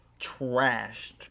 trashed